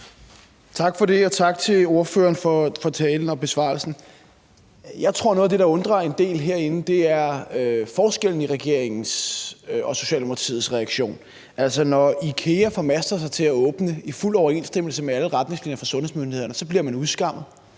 Tak for det, og tak til ordføreren for talen og besvarelsen. Jeg tror, at noget af det, der undrer en del herinde, er forskellen i regeringens og Socialdemokratiets reaktion. Altså, når IKEA formaster sig til at åbne i fuld overensstemmelse med alle retningslinjerne fra sundhedsmyndighederne, bliver man udskammet.